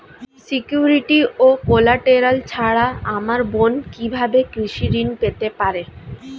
Security ও collateral ছাড়া আমার বোন কিভাবে কৃষি ঋন পেতে পারে?